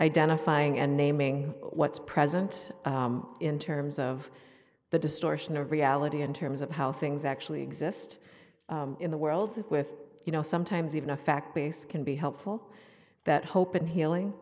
identifying and naming what's present in terms of the distortion of reality in terms of how things actually exist in the world with you know sometimes even a fact based can be helpful that hope